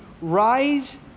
rise